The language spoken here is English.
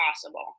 possible